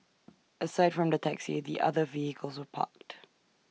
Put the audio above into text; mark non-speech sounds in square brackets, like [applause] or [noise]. [noise] aside from the taxi the other vehicles were parked